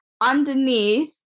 underneath